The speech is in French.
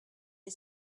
est